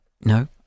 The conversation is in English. no